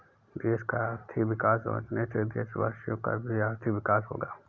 देश का आर्थिक विकास होने से देशवासियों का भी आर्थिक विकास होगा